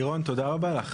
לירון, תודה רבה לך.